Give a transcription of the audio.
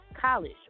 College